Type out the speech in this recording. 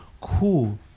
Cool